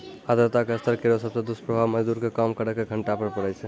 आर्द्रता के स्तर केरो सबसॅ दुस्प्रभाव मजदूर के काम करे के घंटा पर पड़ै छै